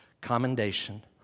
commendation